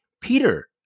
peter